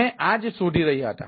અમે આ જ શોધી રહ્યા હતા